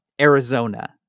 Arizona